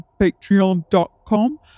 patreon.com